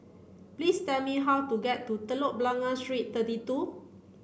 please tell me how to get to Telok Blangah Street thirty two